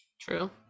true